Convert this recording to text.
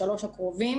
שלושה הקרובים